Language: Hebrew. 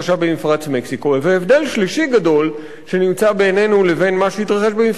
והבדל שלישי גדול שנמצא בינינו לבין מה שהתרחש במפרץ מקסיקו הוא כמובן,